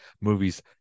movies